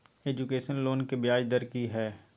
Education loan के ब्याज दर की हय?